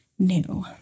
new